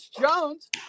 Jones